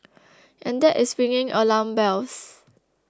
and that is ringing alarm bells